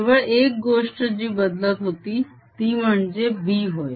केवळ एक गोष्ट जी बदलत होती ती म्हणजे B होय